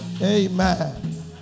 Amen